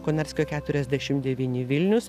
konarskio keturiasdešim devyni vilnius